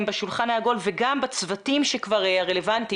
בשולחן העגול וגם בצוותים הרלוונטיים?